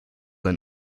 ein